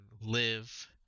live